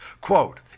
Quote